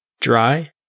dry